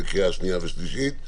בקריאה שנייה ושלישית,